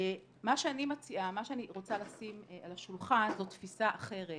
מה שאני מציעה ומה שאני רוצה לשים על השולחן זו תפיסה אחרת